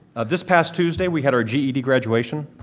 this past tuesday we had our ged graduation.